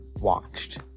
watched